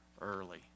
early